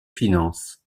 finances